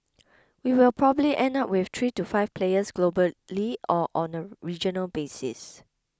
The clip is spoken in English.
we will probably end up with three to five players globally or on a regional basis